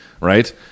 right